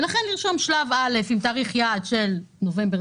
ולכן לרשום שלב א' עם תאריך יעד של נובמבר-דצמבר,